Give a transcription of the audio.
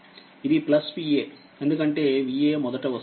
ఇది Va ఎందుకంటేVaమొదట వస్తుంది